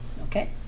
Okay